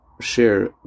share